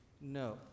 No